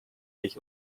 ich